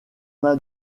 mains